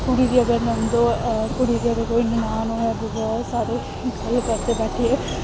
कुड़ी दी अगर ननद हो कुड़ी दी अगर कोई ननान होवै सारे गल्ल करदे बैठियै